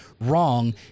wrong